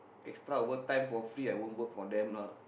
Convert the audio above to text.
extra work time for free I won't work for them lah